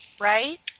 right